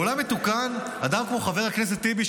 בעולם מתוקן אדם כמו חבר הכנסת טיבי,